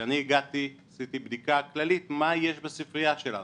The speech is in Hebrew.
כשאני הגעתי עשיתי בדיקה כללית מה יש בספרייה שלנו,